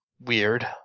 Weird